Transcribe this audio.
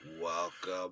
Welcome